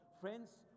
friends